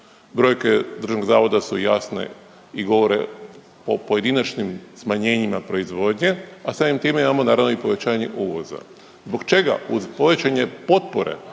Brojke državnog zavoda su jasne i govore o pojedinačnim smanjenjima proizvodnje, a samim time imamo naravno i povećanje uvoza. Zbog čega uz povećanje potpore